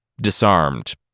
disarmed